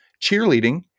cheerleading